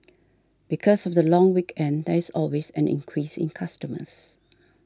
because of the long weekend there is always an increase in customers